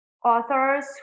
Authors